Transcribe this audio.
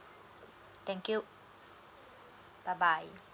thank you bye bye